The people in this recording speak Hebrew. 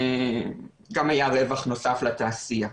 וגם היה רווח נוסף לתעשייה.